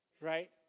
Right